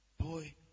boy